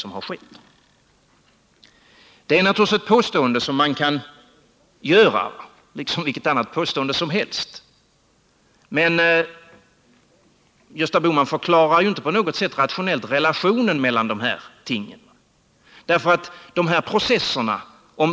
Det är naturligtvis ett påstående man kan göra liksom vilket annat påstående som helst, men Gösta Bohman förklarar ju inte på något sätt relationen mellan dessa ting.